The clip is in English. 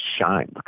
shine